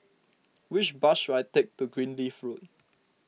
which bus should I take to Greenleaf Road